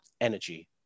energy